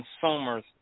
consumers